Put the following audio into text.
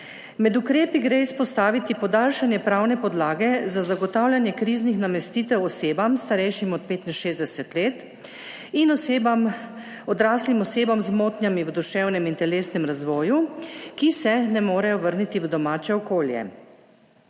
Med ukrepi gre izpostaviti podaljšanje pravne podlage za zagotavljanje kriznih namestitev osebam, starejšim od 65 let, in osebam, odraslim osebam z motnjami v duševnem in telesnem razvoju, ki se ne morejo vrniti v domače okolje.